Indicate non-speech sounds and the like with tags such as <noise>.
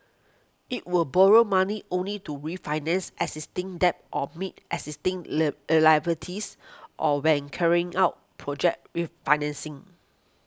it will borrow money only to refinance existing debt or meet existing <unintelligible> liabilities or when carrying out project refinancing